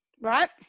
Right